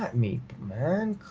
me man,